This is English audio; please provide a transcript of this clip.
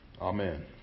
Amen